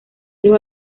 los